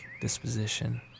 disposition